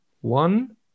One